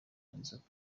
inzoka